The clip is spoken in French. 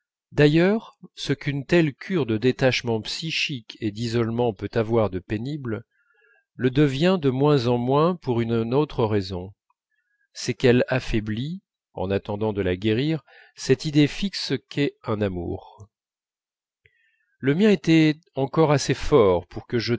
d'ailleurs ce qu'une telle cure de détachement psychique et d'isolement peut avoir de pénible le devient de moins en moins pour une autre raison c'est qu'elle affaiblit en attendant de la guérir cette idée fixe qu'est un amour le mien était encore assez fort pour que je